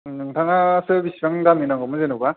नोंथाङासो बिसिबां दामनि नांगौमोन जेन'बा